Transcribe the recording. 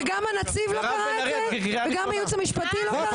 וגם הייעוץ המשפטי לא קרא את זה?